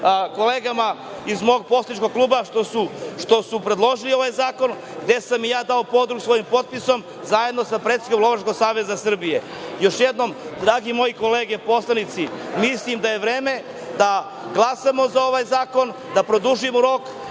kolegama iz mog poslaničkog kluba što su predložili ovaj zakon, gde sam i ja dao podršku svojim potpisom, zajedno sa predsednikom Lovačkog saveza Srbije. Još jednom, drage moje kolege poslanici, mislim da je vreme da glasamo za ovaj zakon, da produžimo rok